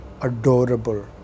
adorable